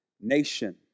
Nation